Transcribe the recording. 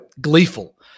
gleeful